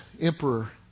emperor